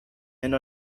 and